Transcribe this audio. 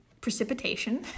precipitation